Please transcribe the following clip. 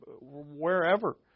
wherever